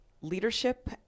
leadership